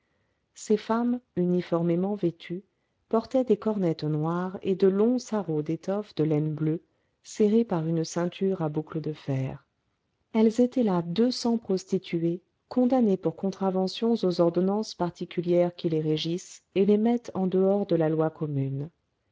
ces femmes uniformément vêtues portaient des cornettes noires et de longs sarraus d'étoffe de laine bleue serrés par une ceinture à boucle de fer elles étaient là deux cents prostituées condamnées pour contraventions aux ordonnances particulières qui les régissent et les mettent en dehors de la loi commune